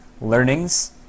learnings